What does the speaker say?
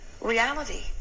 reality